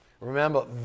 Remember